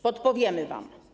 Podpowiemy wam.